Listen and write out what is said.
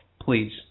please